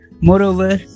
Moreover